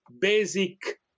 basic